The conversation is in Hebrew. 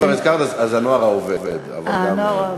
אם כבר הזכרת, אז "הנוער העובד", קן צפת.